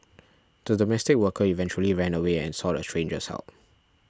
the domestic worker eventually ran away and sought a stranger's help